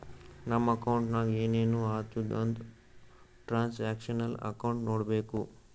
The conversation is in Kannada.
ನಮ್ ಅಕೌಂಟ್ನಾಗ್ ಏನೇನು ಆತುದ್ ಅಂತ್ ಟ್ರಾನ್ಸ್ಅಕ್ಷನಲ್ ಅಕೌಂಟ್ ನೋಡ್ಬೇಕು